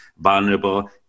vulnerable